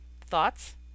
Thoughts